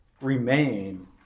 remain